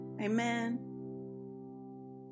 Amen